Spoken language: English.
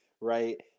Right